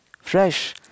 fresh